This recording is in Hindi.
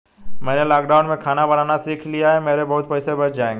मैंने लॉकडाउन में खाना बनाना सीख लिया है, मेरे बहुत पैसे बच जाएंगे